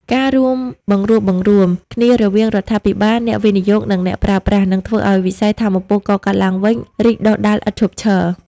ការរួមបង្រួបបង្រួមគ្នារវាងរដ្ឋាភិបាល អ្នកវិនិយោគ និងអ្នកប្រើប្រាស់ នឹងធ្វើឱ្យវិស័យថាមពលកកើតឡើងវិញរីកដុះដាលឥតឈប់ឈរ។